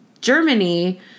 Germany